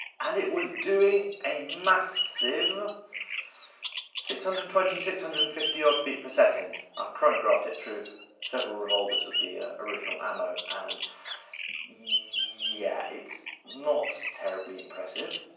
and it was doing a massive six hundred and twenty six hundred and fifty odd feet per second. i've chronographed it through several revolvers with the original ammo, and yeah, it's not terribly impressive.